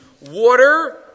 Water